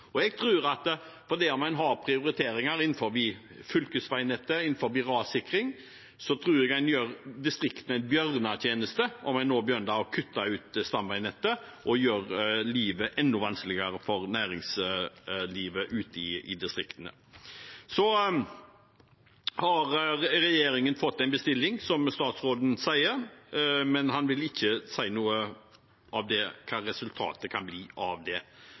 Jeg tror at selv om en har prioriteringer innen fylkesveinettet og innen rassikring, gjør en distriktene en bjørnetjeneste om en også begynner å kutte ut stamveinettet og gjør livet enda vanskeligere for næringslivet ute i distriktene. Så har regjeringen fått en bestilling, som statsråden sier, men han vil ikke si noe om hva resultatet av det kan bli. Jeg blir ikke noe mindre bekymret av det.